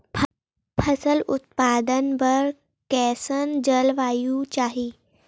फसल उत्पादन बर कैसन जलवायु चाही?